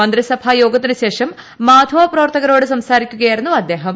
മന്ത്രിസഭാ യോഗത്തിന് ശേഷം മാധ്യമ പ്രവർത്തകരോട് സംസാരിക്കുകയായിരുന്നു അദ്ദേഹം